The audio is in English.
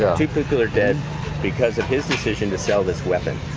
two people are dead because of his decision to sell this weapon.